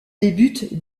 débute